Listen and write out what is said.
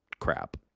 crap